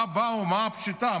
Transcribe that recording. מה פשיטה,